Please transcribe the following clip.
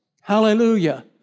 Hallelujah